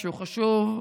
שהוא חשוב,